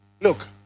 Look